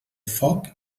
foc